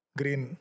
green